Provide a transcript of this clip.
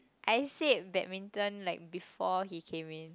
I said badminton like before he came in